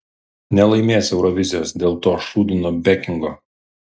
nelaimės eurovizijos dėl to šūdino bekingo